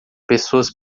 pessoas